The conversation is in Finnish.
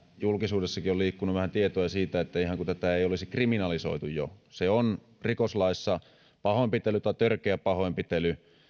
julkisuudessakin on liikkunut vähän tietoja että ihan kuin tätä ei olisi jo kriminalisoitu että se on rikoslaissa pahoinpitely tai törkeä pahoinpitely